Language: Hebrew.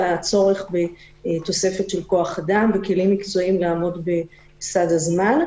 על הצורך בתוספת של כוח-אדם וכלים מקצועיים לעמוד בסד הזמן.